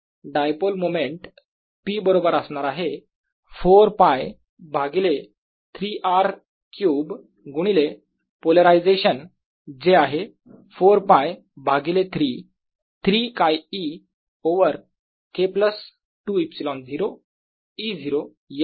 dipole moment p बरोबर असणार आहे 4 π भागिले 3R क्यूब गुणिले पोलरायझेशन जे आहे 4 π भागिले 3 3 𝛘e over K plus 2 ε0 E0 या z डायरेक्शन मध्ये